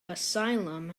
asylum